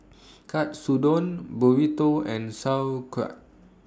Katsudon Burrito and Sauerkraut